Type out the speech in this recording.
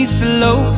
slow